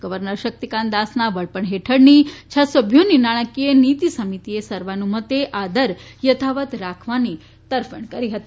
governor Shaktikanta Das ના વડપણ હેઠળની છ સભ્યોની નાણાકીય નિતી સમિતીએ સર્વોનુમતે આ દર યથાવત઼ રાખવાની તરફેણ કરી હતી